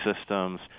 systems